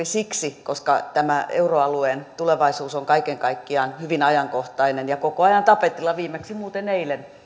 siksi koska tämä euroalueen tulevaisuus on kaiken kaikkiaan hyvin ajankohtainen ja koko ajan tapetilla viimeksi muuten eilen